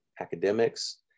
academics